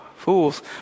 Fools